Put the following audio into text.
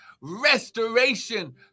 Restoration